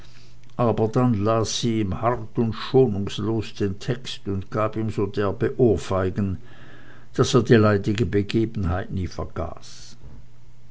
aber dann las sie ihm hart und schonungslos den text und gab ihm so derbe ohrfeigen daß er die leidige begebenheit nie vergaß